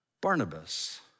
Barnabas